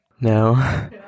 No